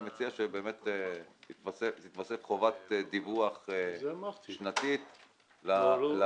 אני מציע שתתווסף חובת דיווח שנתית לוועדה.